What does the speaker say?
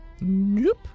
Nope